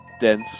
dense